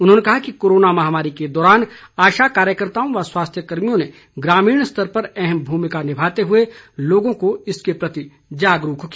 उन्होंने कहा कि कोरोना महामारी के दौरान आशा कार्यकर्ताओं व स्वास्थ्य कर्मियों ने ग्रामीण स्तर पर अहम भूमिका निभाते हुए लोगों को इसके प्रति जागरूक किया